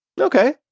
Okay